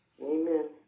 Amen